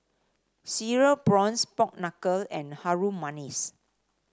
Cereal Prawns Pork Knuckle and Harum Manis